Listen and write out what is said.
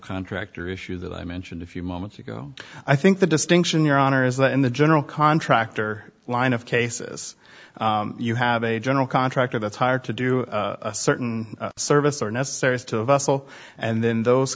contractor issue that i mentioned a few moments ago i think the distinction your honor is that in the general contractor line of cases you have a general contractor that's hired to do a certain service or necessaries to the vessel and then those